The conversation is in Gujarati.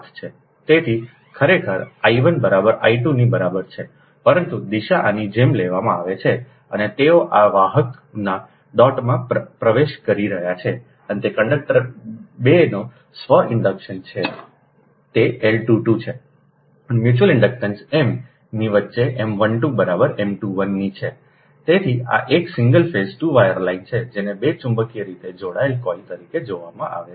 તેથી ખરેખર I 1 બરાબર I 2 ની બરાબર છે પરંતુ દિશા આની જેમ લેવામાં આવે છે અને તેઓ આ વાહકના ડોટમાં પ્રવેશ કરી રહ્યા છે અને તે કંડકટર 2 નો સ્વ ઇન્ડક્શન છે 2 તે L 22 છે અને મ્યુચ્યુઅલ ઇન્ડક્શન M ની વચ્ચે M 12 બરાબર M 21 ની છે તેથી આ એક સિંગલ ફેઝ 2 વાયર લાઇન છે જેને 2 ચુંબકીય રીતે જોડાયેલા કોઇલ તરીકે જોવામાં આવે છે